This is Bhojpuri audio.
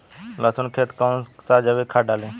लहसुन के खेत कौन सा जैविक खाद डाली?